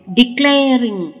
declaring